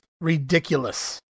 ridiculous